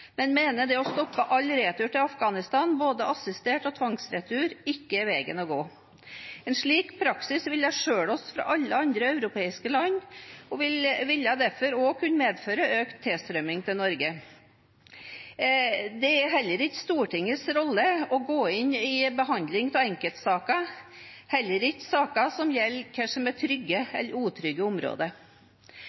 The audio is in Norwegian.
men mener det å stoppe all retur til Afghanistan, både assistert og tvangsretur, ikke er veien å gå. En slik praksis ville gjøre at vi skiller oss ut fra alle andre europeiske land, og ville derfor også kunne medføre økt tilstrømming til Norge. Det er heller ikke Stortingets rolle å gå inn i behandling av enkeltsaker, heller ikke saker som gjelder hva som er trygge eller utrygge områder.